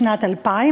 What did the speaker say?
בשנת 2000,